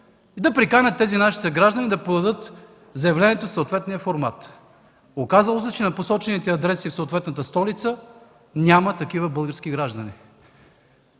да приканят тези наши съграждани да подадат заявленията си в съответния формат. Оказало се, че на посочените адреси в съответната столица няма такива български граждани.